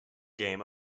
game